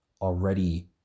already